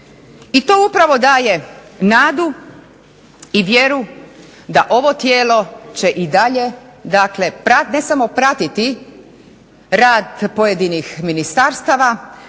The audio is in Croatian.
I to upravo daje nadu i vjeru da i ovo tijelo će i dalje, dakle ne samo pratiti rad pojedinih ministarstava,